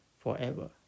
forever